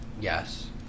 Yes